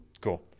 cool